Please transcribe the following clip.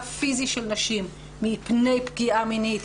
הפיזי של נשים מפני פגיעה מינית,